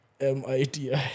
MITI